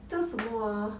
叫什么啊